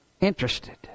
interested